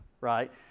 right